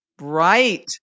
Right